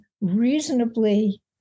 reasonably